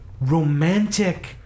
romantic